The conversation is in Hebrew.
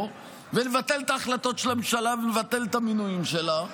ונבטל את ההחלטות של הממשלה ונבטל את המינויים שלה,